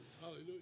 Hallelujah